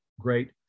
great